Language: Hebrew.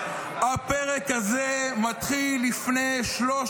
הפרק הזה לא מתחיל לפני 80 שנה,